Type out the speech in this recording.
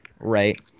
right